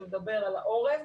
שמדבר על העורף.